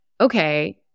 okay